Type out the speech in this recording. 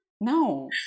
no